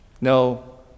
No